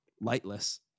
lightless